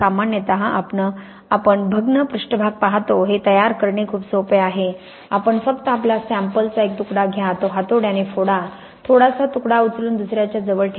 सामान्यत आपण भग्न पृष्ठभाग पाहतो हे तयार करणे खूप सोपे आहे आपण फक्त आपल्या सॅम्पलचा एक तुकडा घ्या तो हातोड्याने फोडा थोडासा तुकडा उचलून दुसऱ्याच्या जवळ ठेवा